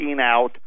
out